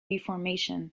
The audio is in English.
reformation